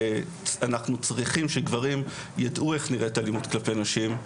ואנחנו צריכים שגברים ידעו איך נראית אלימות כלפי נשים,